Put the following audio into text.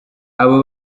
aba